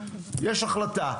יש החלטה.